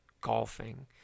golfing